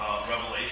Revelation